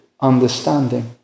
understanding